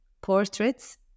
portraits